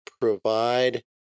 provide